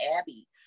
Abbey